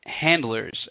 handlers